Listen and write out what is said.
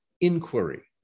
inquiry